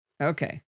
Okay